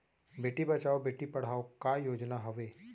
बेटी बचाओ बेटी पढ़ाओ का योजना हवे?